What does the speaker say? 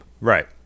Right